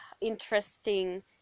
interesting